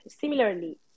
similarly